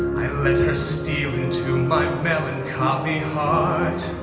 let her steal into my melancholy heart.